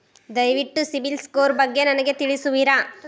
ದಯವಿಟ್ಟು ಸಿಬಿಲ್ ಸ್ಕೋರ್ ಬಗ್ಗೆ ನನಗೆ ತಿಳಿಸುವಿರಾ?